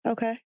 Okay